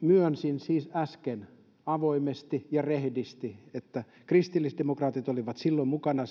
myönsin siis äsken avoimesti ja rehdisti että kristillisdemokraatit olivat silloin mukana